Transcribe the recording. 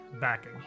backing